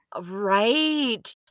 Right